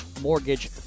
mortgage